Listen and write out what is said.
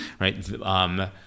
Right